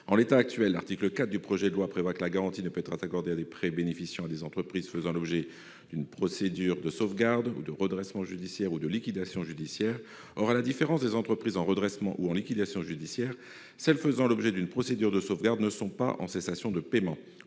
rédigé, l'article 4 du projet de loi prévoit que la garantie ne peut être accordée à des prêts bénéficiant à des entreprises faisant l'objet d'une procédure de sauvegarde, d'un redressement judiciaire ou d'une liquidation judiciaire. Or, à la différence des entreprises en redressement ou en liquidation judiciaire, celles qui font l'objet d'une procédure de sauvegarde ne sont pas en cessation de paiements.